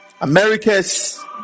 America's